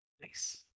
Nice